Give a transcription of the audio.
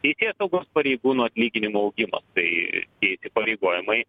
teisėsaugos pareigūnų atlyginimų augimas tai tie įsipareigojimai